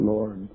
Lord